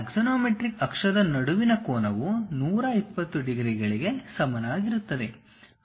axonometric ಅಕ್ಷದ ನಡುವಿನ ಕೋನವು 120 ಡಿಗ್ರಿಗಳಿಗೆ ಸಮನಾಗಿರುತ್ತದೆ